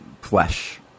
flesh